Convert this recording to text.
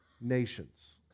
nations